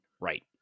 right